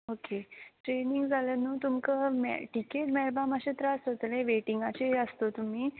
okay ट्रेन्यू जाल्या न्हू तुमकां मे टिकेट मेळपा माश्शे त्रास जातले वेटिंगाचे आसतो तुमी